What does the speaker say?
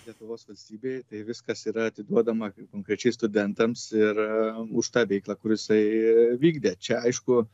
lietuvos valstybėje tai viskas yra atiduodama konkrečiai studentams ir už tą veiklą kur jisai vykdė čia aišku